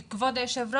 כבוד היושב ראש,